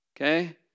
Okay